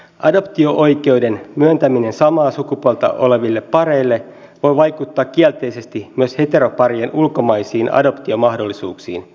adoptio oikeuden myöntäminen samaa sukupuolta oleville pareille voi vaikuttaa kielteisesti myös heteroparien ulkomaisiin adoptiomahdollisuuksiin